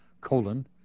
Colon